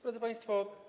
Drodzy Państwo!